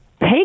Hey